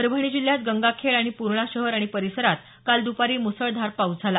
परभणी जिल्ह्यात गंगाखेड आणि पूर्णा शहर आणि परिसरात काल दुपारी मुसळधार पाऊस झाला